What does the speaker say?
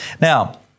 Now